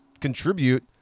contribute